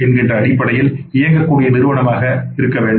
என்கின்ற அடிப்படையில் இயங்கக்கூடிய நிறுவனமாக இருக்க வேண்டும்